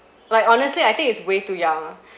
like honestly I think it's way too young ah